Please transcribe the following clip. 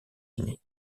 unis